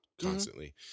constantly